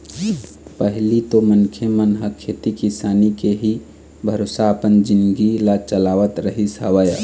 पहिली तो मनखे मन ह खेती किसानी के ही भरोसा अपन जिनगी ल चलावत रहिस हवय